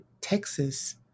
Texas